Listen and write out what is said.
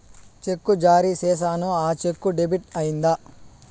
చెక్కు జారీ సేసాను, ఆ చెక్కు డెబిట్ అయిందా